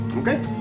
Okay